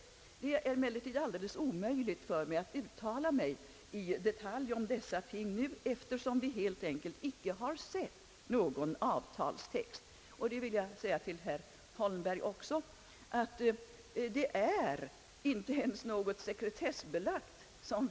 Det är emellertid alldeles omöjligt för mig att uttalg mig i detalj om dessa ting nu, eftersom vi helt enkelt icke har sett någon avtalstext. Till herr Holmberg vill jag också säga, att vi icke ens fått del av någon sekretessbelagd sådan.